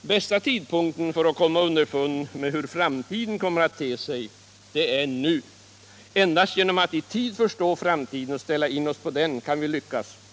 Bästa tidpunkten för att komma underfund med hur framtiden kommer att te sig, det är nu. Endast genom att i tid förstå framtiden och ställa in oss på den kan vi lyckas.